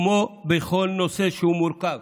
כמו בכל נושא שהוא מורכב